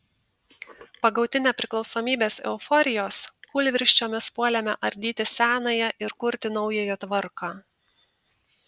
pagauti nepriklausomybės euforijos kūlvirsčiomis puolėme ardyti senąją ir kurti naująją tvarką